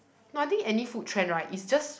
no I think any food trend right is just